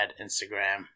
Instagram